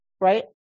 right